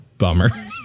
Bummer